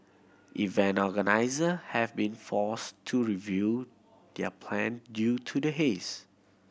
event organiser have been forced to review their plan due to the haze